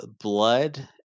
blood